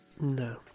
No